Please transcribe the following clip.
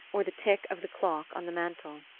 or the tick of the clock on the mantel.